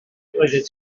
oeddet